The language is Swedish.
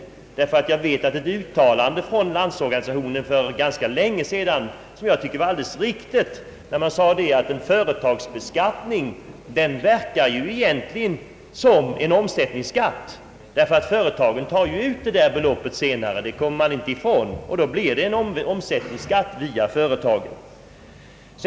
Det har nämligen för ganska länge sedan gjorts eit uttalande från Landsorganisationens sida — som jag tycker var alldeles riktigt — att en företagsbeskattning egentligen verkar som en omsättningsskatt därför att företagen ju tar ut det där beloppet senare. Det kommer man inte ifrån, och då blir det en omsättningsskatt via företagen.